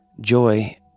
joy